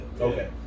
okay